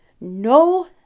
No